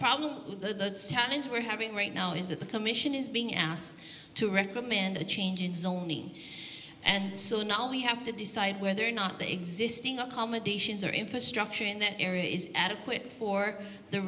problem with those tunnels we're having right now is that the commission is being asked to recommend a change in sony and so now we have to decide whether or not the existing accommodations or infrastructure in that area is adequate for the